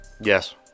Yes